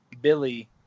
Billy